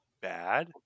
bad